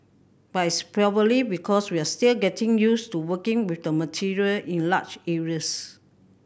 but it's probably because we are still getting used to working with the material in large areas